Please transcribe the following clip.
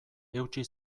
eutsi